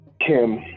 Kim